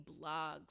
blogs